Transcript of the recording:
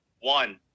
one